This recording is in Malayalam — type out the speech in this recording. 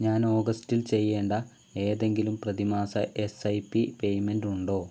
ഞാൻ ഓഗസ്റ്റിൽ ചെയ്യേണ്ട ഏതെങ്കിലും പ്രതിമാസ എസ് ഐ പി പേയ്മെന്റ് ഉണ്ടോ